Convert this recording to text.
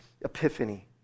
epiphany